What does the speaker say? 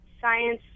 science